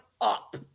up